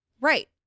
Right